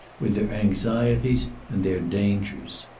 with their anxieties and their dangers.